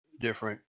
different